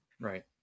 Right